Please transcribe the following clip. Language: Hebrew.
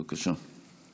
בבקשה.